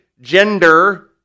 gender